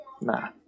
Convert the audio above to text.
Nah